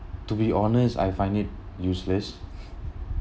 to be honest I find it useless